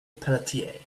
pelletier